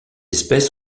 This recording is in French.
espèces